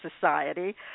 Society